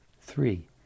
Three